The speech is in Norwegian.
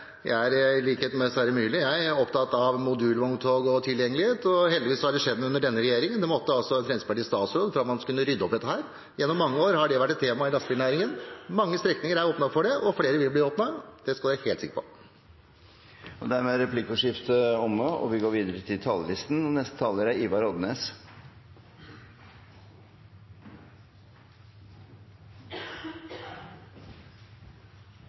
Jeg er – i likhet med Sverre Myrli – opptatt av modulvogntog og tilgjengelighet, og heldigvis har det skjedd noe under denne regjeringen. Det måtte altså en Fremskrittsparti-statsråd til for at man skulle rydde opp i dette. Gjennom mange år har dette vært et tema i lastebilnæringen. Mange strekninger er åpnet for det, og flere vil bli åpnet. Det skal man være helt sikker på. Replikkordskiftet er omme. Vi har fått lagt fram for oss eit forslag til budsjett for samferdselssektoren i Noreg for neste år som er